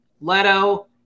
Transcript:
Leto